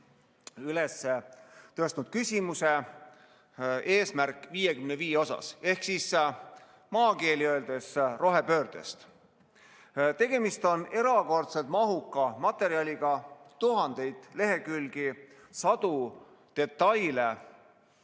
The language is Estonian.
üles tõstnud küsimuse "Eesmärk 55" ehk siis maakeeli öeldes rohepöörde kohta. Tegemist on erakordselt mahuka materjaliga, tuhandeid lehekülgi, sadu detaile,